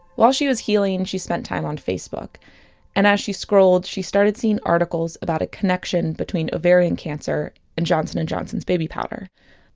while she was healing, she spent time on facebook and as she scrolled, she started seeing articles about a connection between ovarian cancer and johnson and johnson's baby powder.